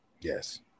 yes